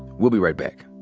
we'll be right back.